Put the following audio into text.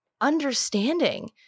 understanding